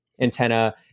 antenna